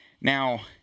now